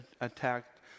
attacked